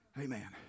Amen